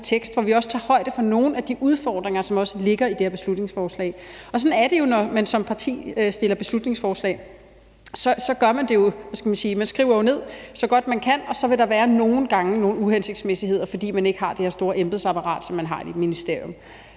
hvor vi tager højde for nogle af de udfordringer, som også ligger i det her beslutningsforslag. Og sådan er det jo, når man som parti fremsætter beslutningsforslag – så skriver man det jo så godt, man kan, og så vil der nogle gange være nogle uhensigtsmæssigheder, fordi man ikke har det her store embedsapparat, som man har i et ministerium.